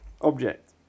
object